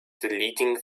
deleting